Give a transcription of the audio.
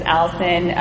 Allison